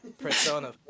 Persona